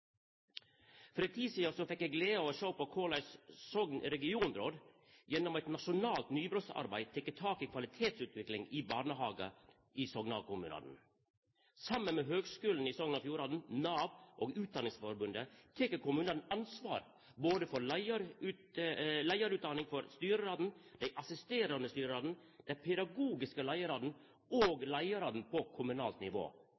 For ei tid sidan fekk eg gleda av å sjå korleis Sogn Regionråd gjennom eit nasjonalt nybrottsarbeid tek tak i kvalitetsutvikling i barnehagar i sognekommunane. Saman med Høgskulen i Sogn og Fjordane, Nav og Utdanningsforbundet tek kommunane ansvar for leiarutdanning for styrarane, dei assisterande styrarane, dei pedagogiske leiarane og leiarane på kommunalt nivå